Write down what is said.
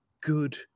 good